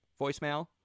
voicemail